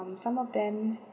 um some of them